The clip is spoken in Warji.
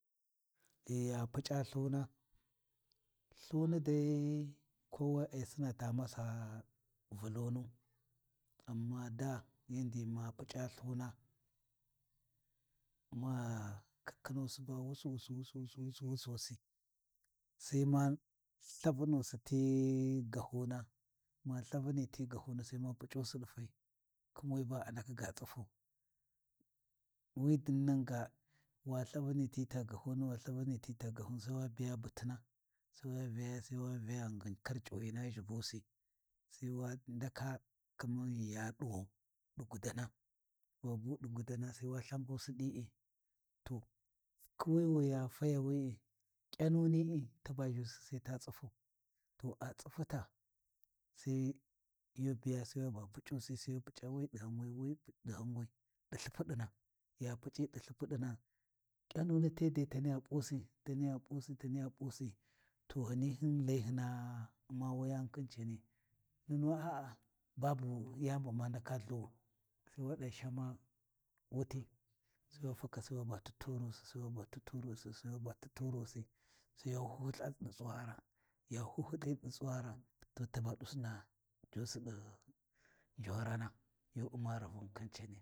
Ghi ya Puc’a Lthuna, lthuni dai kowai ai sina ta masa Vulunu, amma ɗa yandi ghi ma puc’a lthuna, ma khikhinusi ba wusiwusi wusiwusi wusiwusi wusiwusi, Sai ma lthavunusi ti gahuna ma lthavuni ti gahuna Sai ma puc’usi ɗi fai khin we ba a ndaka ga tsufau. Wi dinnan ga wa lthavuni ti ta gahuni, wa lthavuni tita gahuna Sai wa biya butina Sai wa Vyaya Sai wa Vyaya, ghingin kar C’uwina ʒhibusi, Sai wa ndaka kaman ghi ya ɗuwau ɗi gudana wa bu ɗi gudana sai wa lthangusi ɗi’i, to kuwi wi ya fayawi’i, ƙyanuni’i taba ʒhusi sai ta tsifau, to a tsifuta sai yu biya sai waba puc’usi, sai ya puc’usi wi ɗi ghan wai, wiɗighan wai ɗi lthipuɗina ya puc’i ɗi lthipudina ƙyanuni te dai taniya P’usi taniya P’usi taniya P’usi, to ghani hin layi hina U’ma wuyani khin caani nunu a'a babu yani bu ma ndaka lhuwau, Sai waɗa shama wuti sai wa faka waba tuturusi sai waba tuturusi sai wa whuwhultha ɗi tsuwara, ya whuwhulthi ɗi tsuwara, to ɗusina jusi ɗi njorana yu U’ma rivun khin cani.